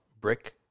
Brick